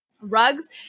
Rugs